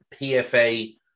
PFA